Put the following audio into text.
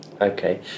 Okay